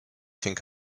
think